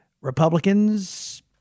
Republicans